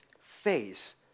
face